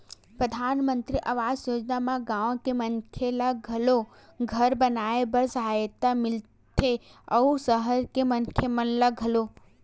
परधानमंतरी आवास योजना म गाँव के मनखे ल घलो घर बनाए बर सहायता मिलथे अउ सहर के मनखे ल घलो